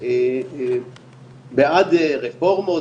בעד רפורמות,